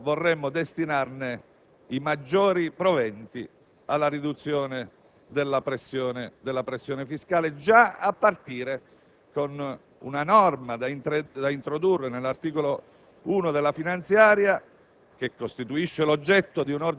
vorremmo destinarne i maggiori proventi alla riduzione della pressione fiscale, già a partire da una norma da introdurre nell'articolo 1 della finanziaria.